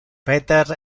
peter